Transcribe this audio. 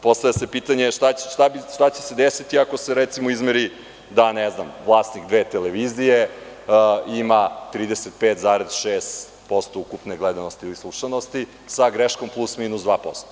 Postavlja se pitanje šta će se desiti ako se recimo izmeri da vlasnik dve televizije ima 35,6% ukupne gledanosti ili slušanosti sa greškom plus, minus 2%